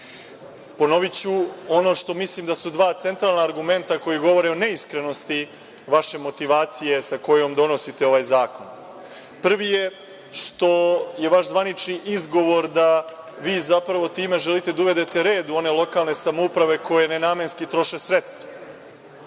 Srbiji. Ponoviću ono što mislim da su dva centralna argumenta koja govore o neiskrenosti vaše motivacije sa kojom donosite ovaj zakon. Prvi je što je vaš zvanični izgovor da vi zapravo time želite da uvedete red u one lokalne samouprave koje nenamenski troše sredstva.